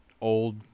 old